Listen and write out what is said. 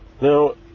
Now